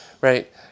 right